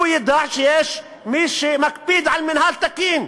הוא ידע שיש מי שמקפיד על מינהל תקין.